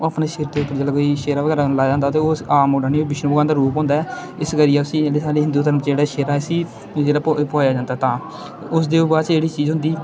ओह् अपने सिर ते इक जेल्लै कोई सेह्रा बगैरा लाए दा होंदा ते ओह् आम मुड़ा नेईं बिष्णु भगवान दा रूप होंदा ऐ इस करियै उस्सी जेह्ड़े साढ़े हिंदु धर्म च जेह्ड़ा सेह्रा ऐ इस्सी जेह्ड़ा पुआया जंदा ऐ तां उसदे बाद च जेह्ड़ी चीज होंदी